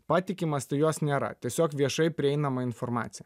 patikimas tai jos nėra tiesiog viešai prieinama informacija